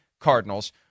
Cardinals